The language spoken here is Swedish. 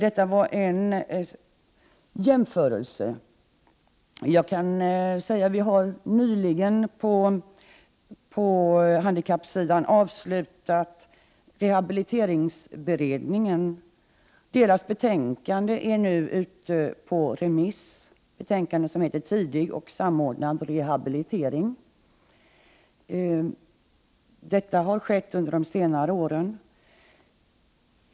Detta var en jämförelse. Vi har nyligen på handikappsidan avslutat rehabiliteringsberedningen. Dess betänkande, Tidig och samordnad rehabilitering, är nu ute på remiss.